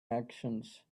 actions